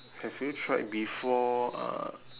have you tried before uh